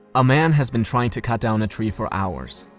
a man has been trying to cut down a tree for hours.